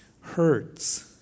hurts